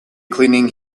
cleaning